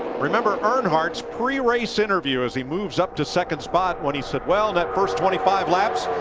remember, earnhardt's prerace interview as he moves up to second spot when he said, well, that first twenty five laps,